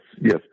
yes